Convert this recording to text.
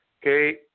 que